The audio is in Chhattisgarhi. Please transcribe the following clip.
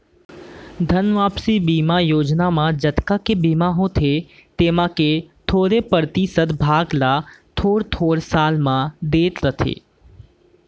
धन वापसी बीमा योजना म जतका के बीमा होथे तेमा के थोरे परतिसत भाग ल थोर थोर साल म देत रथें